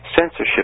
Censorship